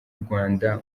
rwanda